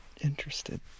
interested